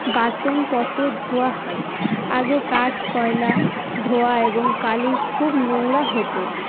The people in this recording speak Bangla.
বাসনপত্র ধোয়া হয় আগে কাঠ কয়লা ধোঁয়া এবং কালি খুব নোংরা হতো